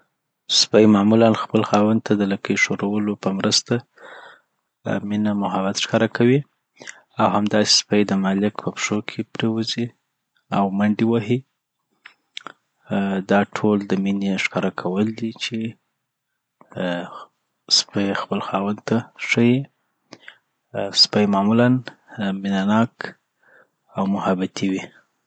سپی معمولآ خپل خاوند ته د لکې ښورولو په مرسته آ مینه محبت ښکاره کوی او همداسی سپی د خپل مالک په پښو کي پریوزی اومنډی وهی آ دا ټول د مينی ښکاره کول دی چی آ سپی یی خپل مالک ته .آ ښيی سپی معلولا مینه ناک او محبت وی